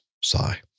Sigh